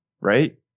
right